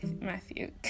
Matthew